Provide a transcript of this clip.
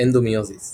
אדנומיוזיס